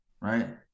right